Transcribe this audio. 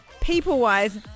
People-wise